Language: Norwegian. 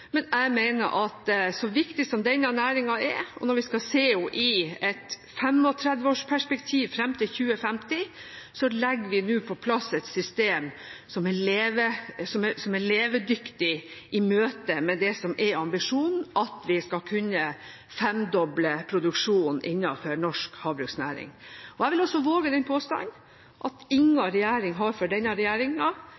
men jeg mener at så viktig som denne næringen er, og når vi ser den i et 35-årsperspektiv fram til 2050, legger vi nå på plass et system som er levedyktig i møte med det som er ambisjonen, at vi skal kunne femdoble produksjonen innenfor norsk havbruksnæring. Jeg vil også våge den påstand at ingen regjering har, før denne